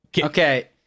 Okay